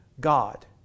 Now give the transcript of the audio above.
God